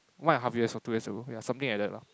one and a half years or two years ago something like that lah